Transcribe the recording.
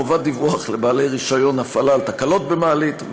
חובת דיווח לבעלי רישיון הפעלה על תקלות במעלית,